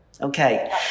Okay